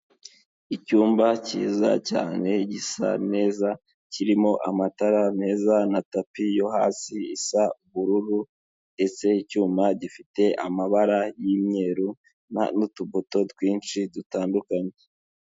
Icyumba cyiza cyane gisa neza kirimo amatara meza na tapi yo hasi isa ubururu, ese icyuma gifite amabara y'imyeru n'utubuto twinshi dutandukanye.